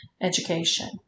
education